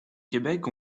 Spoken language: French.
québec